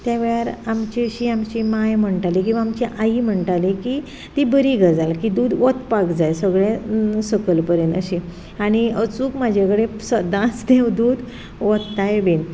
त्या वेळार जशी आमची मांय म्हणटाली किंवां आमची आई म्हणटाली की ती बरी गजाल की दूद ओतपाक जाय सगलें सकयल परेन अशें आनी अचूक म्हजे कडेन सदांच ती दूद ओतताय बी